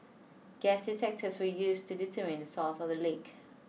gas detectors were used to determine the source of the leak